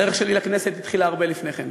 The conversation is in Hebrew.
הדרך שלי לכנסת התחילה הרבה לפני כן,